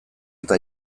eta